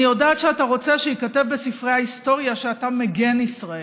אני יודעת שאתה רוצה שייכתב בספרי ההיסטוריה שאתה מגן ישראל.